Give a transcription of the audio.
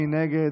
מי נגד?